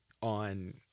on